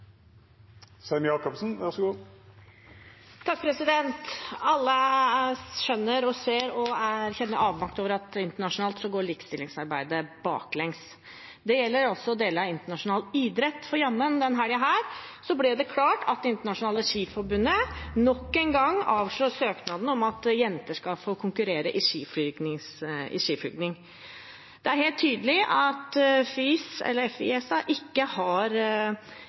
Alle her skjønner og ser og kjenner avmakt over at likestillingsarbeidet går baklengs internasjonalt. Det gjelder også deler av internasjonal idrett, for jammen ble det denne helgen klart at Det internasjonale skiforbundet nok en gang avslår søknaden om at jenter skal få konkurrere i skiflygning. Det er helt tydelig at FIS ikke har dette likestillingsaspektet med seg, ikke bryr seg om det, og det er også tydelig at de heller ikke har